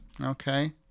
okay